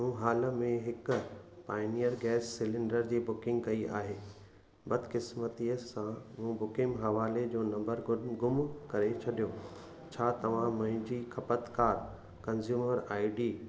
मूं हाल में हिकु पायनियर गैस सिलैंडर जी बुकिंग कई आहे बदक़िस्मतीअ सां मूं बुकिंग हवाले जो नंबर गुम करे छॾियो छा तव्हां मुंहिंजी खपतकारु कंज्यूमर आई डी